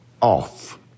off